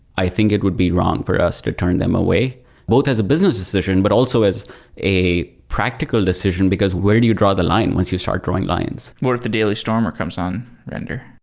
i think it would be wrong for us to turn them away both as a business decision, but also as a practical decision, because where do you draw the line once you start drawing lines if the daily stormer comes on render?